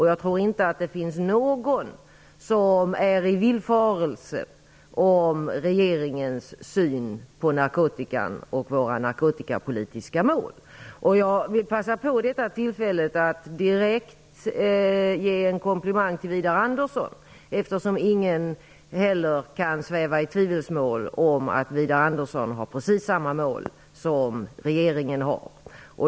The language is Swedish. Jag tror inte att det finns någon som svävar i villfarelse om regeringens syn på narkotikan och våra narkotikapolitiska mål. Jag vill passa på att vid detta tillfälle ge en komplimang direkt till Widar Andersson. Ingen kan heller sväva i tvivelsmålom att Widar Andersson har precis samma mål som regeringen har.